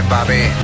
Bobby